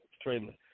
trailer